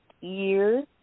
years